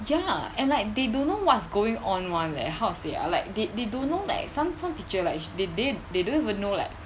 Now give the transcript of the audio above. ya and like they don't know what's going on [one] leh how to say ah like they they don't know like some some teacher right they they they don't even know like